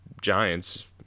giants